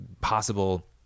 possible